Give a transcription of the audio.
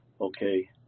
okay